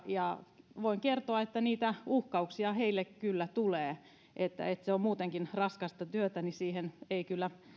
ja voin kertoa että niitä uhkauksia heille kyllä tulee se on muutenkin raskasta työtä niin siihen ei kyllä